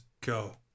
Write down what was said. go